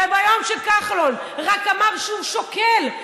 וביום שכחלון רק אמר שהוא שוקל,